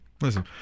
Listen